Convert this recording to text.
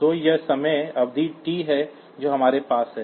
तो यह समय अवधि t है जो हमारे पास है